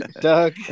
doug